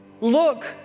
look